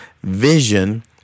vision